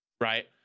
right